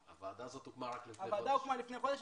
הוועדה הוקמה לפני חודש,